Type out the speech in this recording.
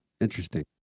interesting